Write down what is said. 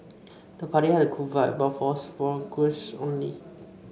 the party had a cool vibe but was for guests only